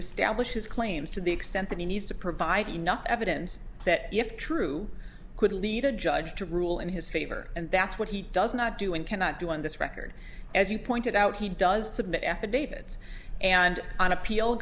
establish his claims to the extent that he needs to provide enough evidence that if true could lead a judge to rule in his favor and that's what he does not do and cannot do on this record as you pointed out he does s